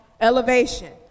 elevation